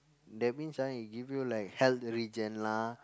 that means ah it give you like health regen lah